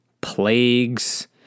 plagues